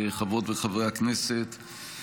חברות וחברי הכנסת,